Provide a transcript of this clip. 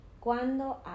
Cuando